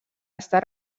estat